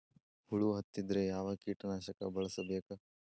ಹುಳು ಹತ್ತಿದ್ರೆ ಯಾವ ಕೇಟನಾಶಕ ಬಳಸಬೇಕ?